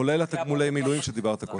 כולל תגמולי המילואים עליהם דיברת קודם.